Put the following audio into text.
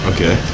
Okay